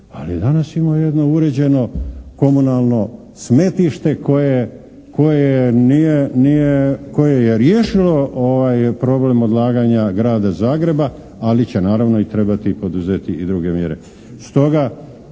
ali danas imamo jedno uređeno komunalno smetište koje je riješilo problem odlaganja grada Zagreba, ali će naravno trebati poduzeti i druge mjere.